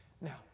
Now